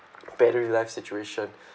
battery life situation